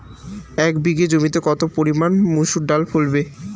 এক বিঘে জমিতে কত পরিমান মুসুর ডাল ফেলবো?